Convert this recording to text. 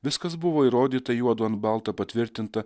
viskas buvo įrodyta juodu ant balto patvirtinta